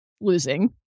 losing